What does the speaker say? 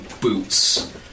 boots